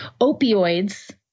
opioids